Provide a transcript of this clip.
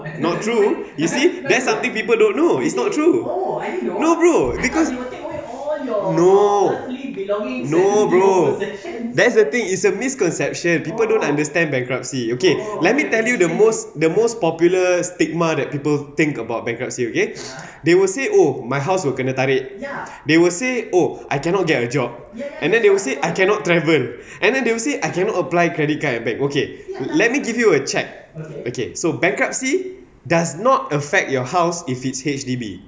not true you see that's something people don't know it's not true no bro because no no bro that's the thing it's a misconception people don't understand bankruptcy okay let me tell you the most the most popular stigma that people think about bankruptcy okay they will say oh my house will kena tarik they will say oh I cannot get a job and then they will say I cannot travel and then they will say I cannot apply credit card back okay let me give you a check okay so bankruptcy does not affect your house if it's H_D_B